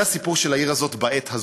זה הסיפור של העיר הזאת בעת הזאת.